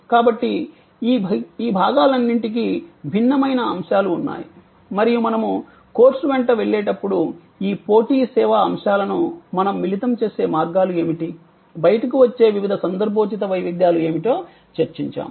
కాబట్టి ఈ భాగాలన్నిటికీ భిన్నమైన అంశాలు ఉన్నాయి మరియు మనము కోర్సు వెంట వెళ్ళేటప్పుడు ఈ పోటీ సేవా అంశాలను మనం మిళితం చేసే మార్గాలు ఏమిటి బయటకు వచ్చే వివిధ సందర్భోచిత వైవిధ్యాలు ఏమిటో చర్చించాము